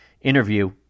interview